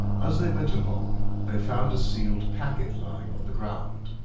as they went along, they found a sealed packet lying on the ground.